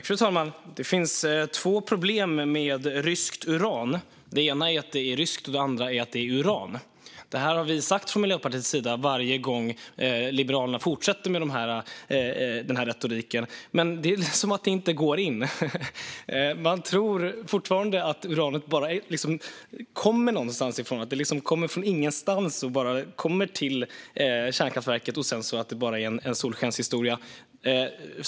Fru talman! Det finns två problem med ryskt uran. Det ena är att det är ryskt, och det andra är att det är uran. Detta har vi från Miljöpartiets sida sagt varje gång Liberalerna fortsätter med sin retorik, men det är som om det inte går in. Liberalerna verkar fortfarande tro att uranet kommer från ingenstans och bara är en solskenshistoria.